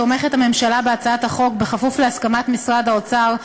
הממשלה תומכת בהצעת החוק בכפוף להסכמת משרד האוצר,